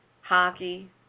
hockey